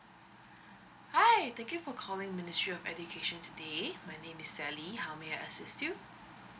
hi thank you for calling ministry of education today my name is Sally how may I assist you